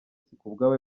sikubwabo